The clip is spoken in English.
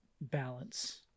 balance